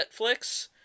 Netflix